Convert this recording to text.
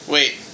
Wait